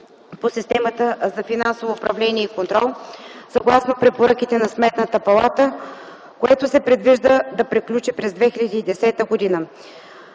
по Системата за финансово управление и контрол, съгласно препоръките на Сметната палата, което се предвижда да приключи през 2010 г.